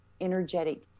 energetic